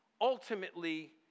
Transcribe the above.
ultimately